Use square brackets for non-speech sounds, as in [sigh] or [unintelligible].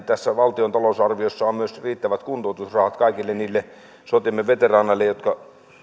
[unintelligible] tässä valtion talousarviossa on myös riittävät kuntoutusrahat kaikille niille sotiemme veteraaneille